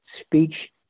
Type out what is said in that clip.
speech